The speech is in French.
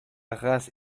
race